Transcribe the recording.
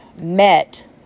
met